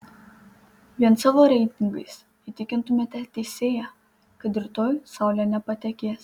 vien savo reitingais įtikintumėte teisėją kad rytoj saulė nepatekės